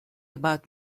about